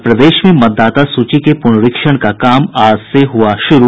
और प्रदेश में मतदाता सूची के पुनरीक्षण का काम आज से हुआ शुरू